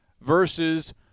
versus